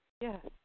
Yes